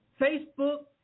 Facebook